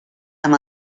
amb